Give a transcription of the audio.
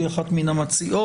שהיא אחת מן המציעות.